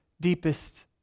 deepest